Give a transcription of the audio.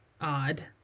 odd